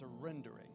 surrendering